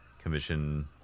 commission